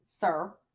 sir